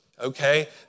okay